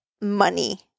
money